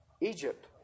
Egypt